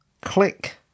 Click